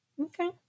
Okay